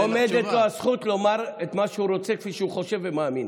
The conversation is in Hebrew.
עומדת לו הזכות לומר את מה שהוא רוצה כפי שהוא חושב ומאמין.